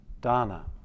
dana